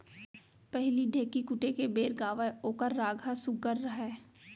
पहिली ढ़ेंकी कूटे के बेर गावयँ ओकर राग ह सुग्घर रहय